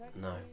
No